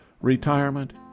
Retirement